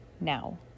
now